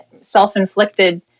self-inflicted